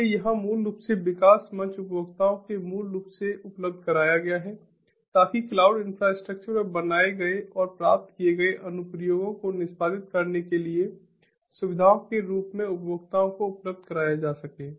इसलिए यहां मूल रूप से विकास मंच उपभोक्ताओं को मूल रूप से उपलब्ध कराया गया है ताकि क्लाउड इन्फ्रास्ट्रक्चर पर बनाए गए और प्राप्त किए गए अनुप्रयोगों को निष्पादित करने के लिए सुविधाओं के रूप में उपभोक्ताओं को उपलब्ध कराया जा सके